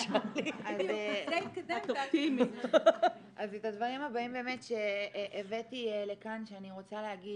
הבאתי לכאן את הדברים הבאים שאני רוצה להגיד.